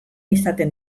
izaten